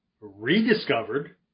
rediscovered